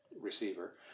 receiver